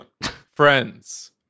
Friends